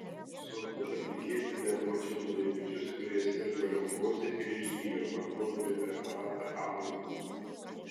sunku patikėti bet mačiau du vaikučius kurie sirgo leukoze ir išgijo vartodami preparatą au